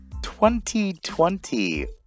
2020